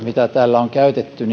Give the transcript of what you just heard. mitä täällä on käytetty